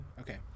Okay